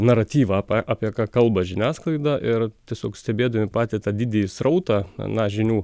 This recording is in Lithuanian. naratyvą ape apie ką kalba žiniasklaida ir tiesiog stebėdami patį tą didįjį srautą na žinių